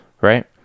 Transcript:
right